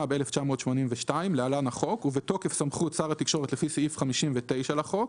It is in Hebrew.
התשמ"ב-1982 (להלן- החוק) ובתוקף סמכות שר התקשורת לפי סעיף 59 לחוק,